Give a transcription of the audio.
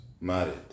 married